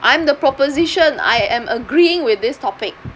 I'm the proposition I am agreeing with this topic